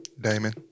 Damon